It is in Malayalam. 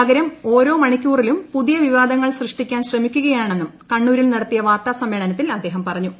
പകരം ഓരോ മണിക്കൂറിലും പുതിയ വിവാദങ്ങൾ സൃഷ്ടിക്കാൻ ശ്രമിക്കുകയാണെന്നും കണ്ണൂരിൽ നടത്തിയ വാർത്താസമ്മേളനത്തിൽ പറഞ്ഞു